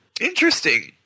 Interesting